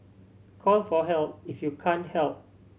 call for help if you can't help